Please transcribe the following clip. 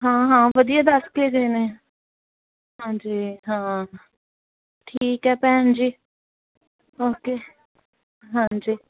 ਹਾਂ ਹਾਂ ਵਧੀਆ ਦੱਸ ਕੇ ਗਏ ਨੇ ਹਾਂਜੀ ਹਾਂ ਠੀਕ ਹੈ ਭੈਣ ਜੀ ਓਕੇ ਹਾਂਜੀ